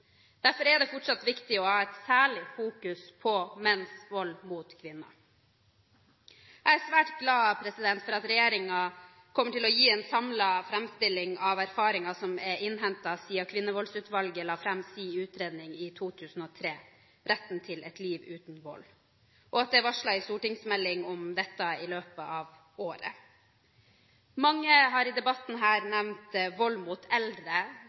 Derfor er det fortsatt viktig å fokusere særlig på menns vold mot kvinner. Jeg er svært glad for at regjeringen kommer til å gi en samlet framstilling av erfaringer som er innhentet siden Kvinnevoldsutvalget la fram sin utredning i 2003, Retten til et liv uten vold, og at det er varslet en stortingsmelding om dette i løpet av året. Mange har i debatten nevnt vold mot eldre